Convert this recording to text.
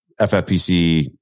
FFPC